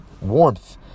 warmth